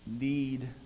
Need